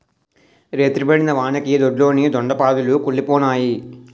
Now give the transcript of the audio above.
రేతిరి పడిన వానకి దొడ్లోని దొండ పాదులు కుల్లిపోనాయి